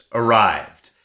arrived